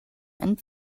and